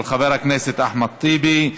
של חבר הכנסת אחמד טיבי.